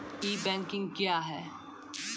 ई banking क्या हैं?